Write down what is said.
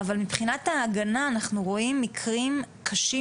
אבל מבחינת ההגנה אנחנו רואים מקרים קשים